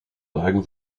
neigen